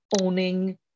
owning